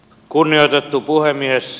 kunnioitettu puhemies